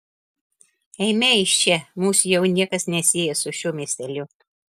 eime iš čia mūsų jau niekas nesieja su šiuo miesteliu